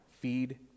Feed